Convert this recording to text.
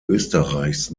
österreichs